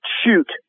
shoot